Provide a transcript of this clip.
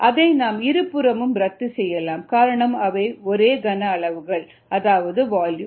அதை நாம் இருபுறமும் ரத்து செய்யலாம் காரணம் அவைகள் ஒரே கன அளவுகள் அதாவது வால்யூம்